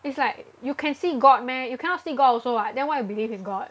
it's like you can see god meh you cannot see god also [what] then why you believe in god